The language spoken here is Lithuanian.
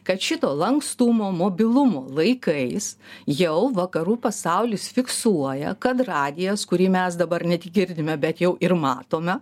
kad šito lankstumo mobilumo laikais jau vakarų pasaulis fiksuoja kad radijas kurį mes dabar net girdime bet jau ir matome